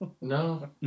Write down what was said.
No